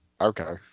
okay